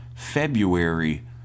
february